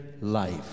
life